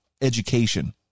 education